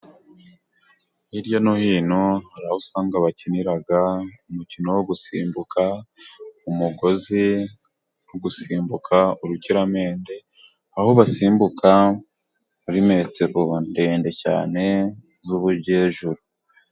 Hirya no hino hari aho usanga bakinira umukino wo gusimbuka umugozi, no gusimbuka urukiramende, aho basimbuka muri metero ndende cyane z'ubujyejuru.